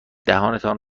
دهانتان